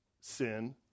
sin